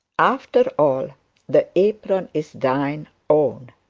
after all the apron is thine own.